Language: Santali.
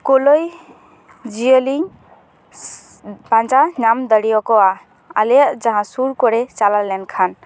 ᱠᱩᱞᱟᱹᱭ ᱡᱤᱭᱟᱹᱞᱤᱧ ᱯᱟᱡᱟ ᱧᱟᱢ ᱫᱟᱲᱮ ᱟᱠᱚᱣᱟ ᱟᱞᱮᱭᱟᱜ ᱡᱟᱦᱟᱸ ᱥᱩᱨ ᱠᱚᱨᱮ ᱪᱟᱞᱟᱣ ᱞᱮᱱᱠᱷᱟᱱ